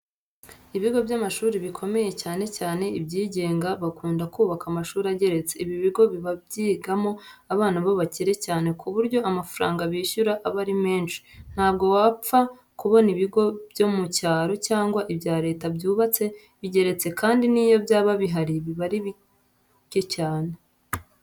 Ibigo by'amashuri bikomeye, cyane cyane ibyigenga bakunda kubaka amashuri ageretse. Ibi bigo biba byigamo abana b'abakire cyane ku buryo amafaranga bishyura aba ari menshi. Ntabwo wapfa kubona ibigo byo mu cyaro cyangwa ibya leta byubatse bigeretse kandi n'iyo byaba bihari biba ari bike cyane.